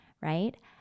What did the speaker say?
right